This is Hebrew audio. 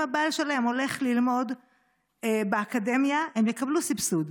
אם הבעל שלהן הולך ללמוד באקדמיה הן יקבלו סבסוד,